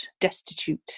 destitute